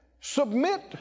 Submit